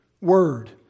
word